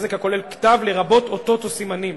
בזק הכולל כתב, לרבות אותות או סימנים".